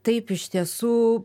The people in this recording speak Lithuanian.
taip iš tiesų